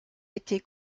été